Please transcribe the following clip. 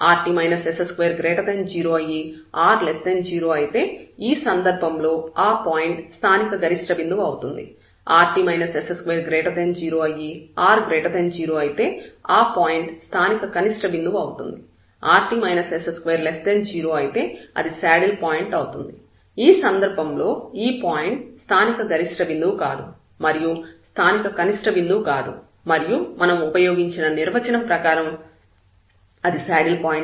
rt s20 అయ్యి r 0 అయితే ఈ సందర్భంలో ఆ పాయింట్ స్థానిక గరిష్ట బిందువు అవుతుంది rt s20 అయ్యి r 0 అయితే ఆ పాయింట్ స్థానిక కనిష్ట బిందువు అవుతుంది rt s20 అయితే అది శాడిల్ పాయింట్ అవుతుంది ఈ సందర్భంలో ఈ పాయింట్ స్థానిక గరిష్ట బిందువు కాదు మరియు స్థానిక కనిష్ట బిందువు కాదు మరియు మనం ఉపయోగించే నిర్వచనం ప్రకారం అది శాడిల్ పాయింట్ అవుతుంది